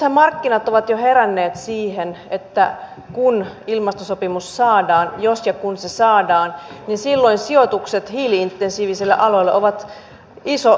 nythän markkinat ovat jo heränneet siihen että jos ja kun ilmastosopimus saadaan silloin sijoitukset hiili intensiivisille aloille ovat iso riski